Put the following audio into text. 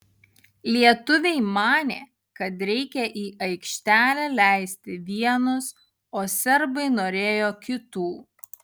lietuviai manė kad reikia į aikštelę leisti vienus o serbai norėjo kitų